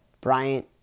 Bryant